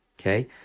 okay